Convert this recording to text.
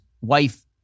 wife